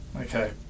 Okay